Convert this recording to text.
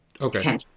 Okay